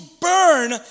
burn